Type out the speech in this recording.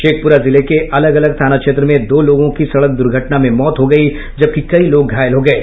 शेखपुरा जिले के अलग अलग थाना क्षेत्र में दो लोगों की सड़क दुर्घटना में मौत हो गयी जबकि कई लोग घायल हो गये